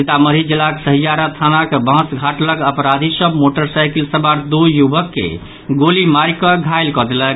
सीतामढ़ी जिलाक सहियारा थानाक बांस घाट लऽग अपराधी सभ मोटरसाईकिल सवार दू युवक के गोली मारि कऽ घायल कऽ देलक